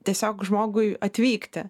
tiesiog žmogui atvykti